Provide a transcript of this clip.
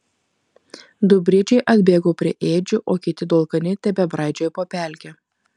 du briedžiai atbėgo prie ėdžių o kiti du alkani tebebraidžiojo po pelkę